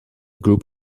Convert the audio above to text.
group